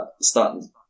starting